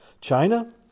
China